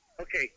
Okay